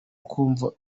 kumva